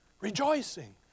Rejoicing